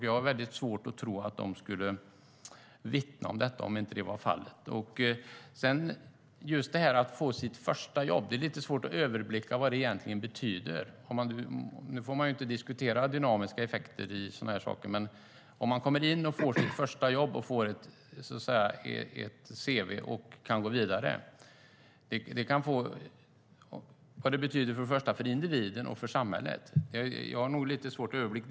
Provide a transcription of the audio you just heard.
Jag har svårt att tro att de skulle vittna om det om så inte vore fallet. Det är lite svårt att överblicka vad det egentligen betyder att få sitt första jobb. Nu får man inte diskutera dynamiska effekter av sådant, men om man kommer in, får sitt första jobb och därmed har ett cv kan man gå vidare. Men vad det betyder för individen och för samhället har jag nog lite svårt att överblicka.